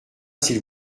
s’il